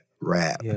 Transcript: rap